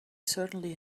certainly